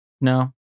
No